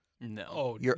No